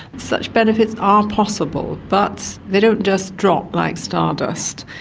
such benefits are possible but they don't just drop like star-dust,